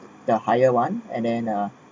the higher one and then uh